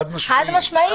חד משמעית.